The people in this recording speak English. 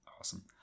Awesome